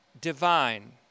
divine